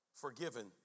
forgiven